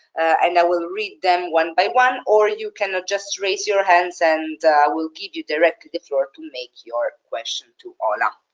i and will read them one by one. or you can just raise your hands and we will give you directly the floor to make your question to ola.